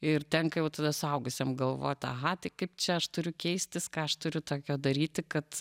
ir tenka jau tada suaugusiem galvot aha tai kaip čia aš turiu keistis ką aš turiu tokio daryti kad